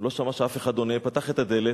לא שמע שמישהו עונה, פתח את הדלת,